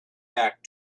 back